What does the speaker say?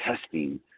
testing